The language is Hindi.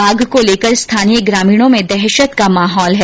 बाघ को लेकर स्थानीय ग्रामीणों में दहशत का माहौल है